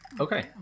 Okay